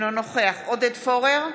אינו נוכח עודד פורר,